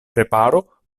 preparo